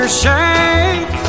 shake